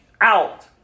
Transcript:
out